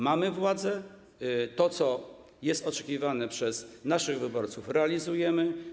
Mamy władzę i to, co jest oczekiwane przez naszych wyborców, realizujemy.